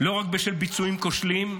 לא רק בשל ביצועים כושלים,